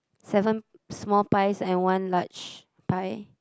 seven small pies and one large pie